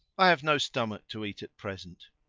i have no stomach to eat at present.